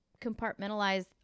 compartmentalize